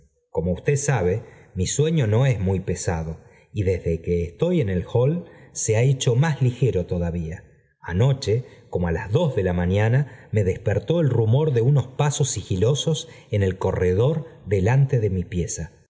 como usted sabe mi sueño no es muy pesado y desde que estoy en el hall se ha hecho más ligero todavía anoche como á las dos de la mañana me despertó el rumor de unos pasos sigilosos en el corredor delante de mi pieza